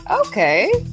Okay